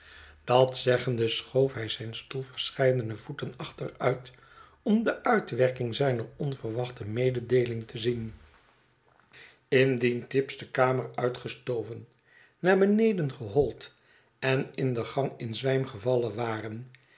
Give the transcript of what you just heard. dat zeggende schoof hij zijn stoel verscheiden voeten achteruit om de uitwerking zijner onverwachte mededeeling te zien indien tibbs de kamer uitgestoven naar beneden gehold en in den gang in zwijm gevallen ware